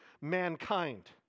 mankind